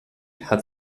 hat